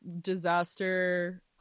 disaster